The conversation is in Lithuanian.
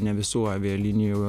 ne visų avialinijų